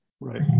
Right